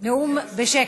נאום בשקט.